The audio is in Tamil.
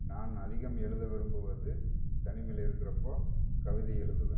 நான் அதிகம் எழுத விரும்புவது தனிமையில் இருக்கிறப்போ கவிதை எழுதுவேன்